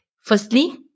Firstly